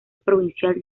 provincial